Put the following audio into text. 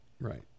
Right